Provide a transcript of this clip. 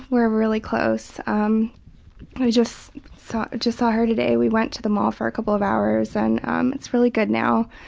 we're really close. um i just saw just saw her today. we went to the mall for a couple of hours. and um it's really good now.